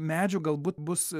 medžių galbūt bus